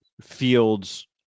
fields